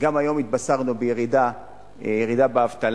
גם היום התבשרנו בירידה באבטלה,